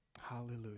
Hallelujah